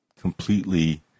completely